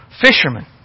fishermen